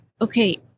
okay